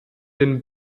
den